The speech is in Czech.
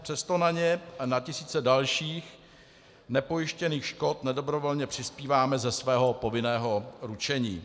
Přesto na ně a na tisíce dalších nepojištěných škod nedobrovolně přispíváme ze svého povinného ručení.